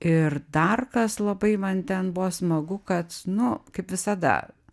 ir dar kas labai man ten buvo smagu kad nu kaip visada